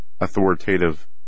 authoritative